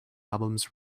albums